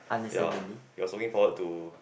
ya he was looking forward to